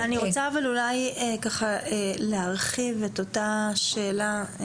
אני רוצה להרחיב את אותה שאלה.